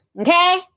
Okay